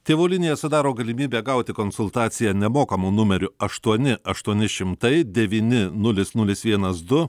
tėvų linija sudaro galimybę gauti konsultaciją nemokamu numeriu aštuoni aštuoni šimtai devyni nulis nulis vienas du